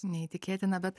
neįtikėtina bet